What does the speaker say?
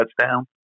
touchdown